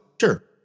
Sure